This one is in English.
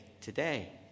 today